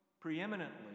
preeminently